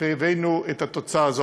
והבאנו את התוצאה הזאת.